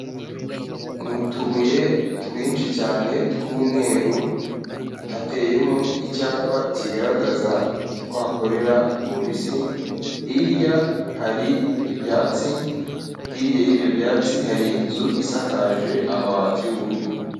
Ni utubuye twinshi cyane tw'umweru hateyemo icyapa kigaragaza ko hakorera polisi, hirya hari ibyatsi hirya y'ibyo byatsi hari inzu isakaje amabati y'ubururu.